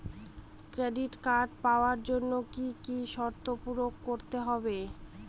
Credit card পাওয়ার জন্য কি কি শর্ত পূরণ করতে হবে?